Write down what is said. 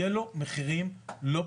יהיה לו מחירים לא פשוטים.